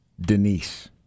Denise